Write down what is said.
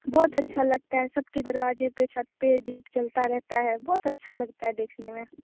बहुत अच्छा लगता है सबके दरवाज़े पे छत पे दीप जलता रहता है बहुत अच्छा लगता है देखने में